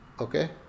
okay